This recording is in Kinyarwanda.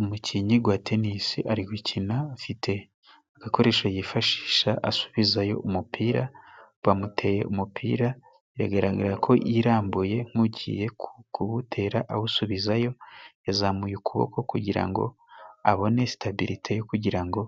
Umukinnyi gwa tenisi ari gukina afite agakoresho yifashisha asubizayo umupira. Bamuteye umupira, biragaraga ko yirambuye nk'ugiye kuwutera awusubizayo. Yazamuye ukuboko kugira ngo abone sitabirite kugira ngo